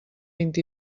vint